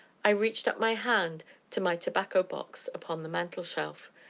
i reached up my hand to my tobacco-box upon the mantelshelf.